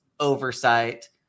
oversight